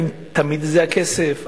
האם תמיד זה הכסף?